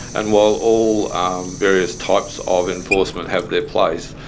and while all various types of enforcement have their place,